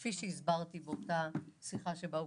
כפי שהסברתי כבר בשיחה שבה הוקלטתי,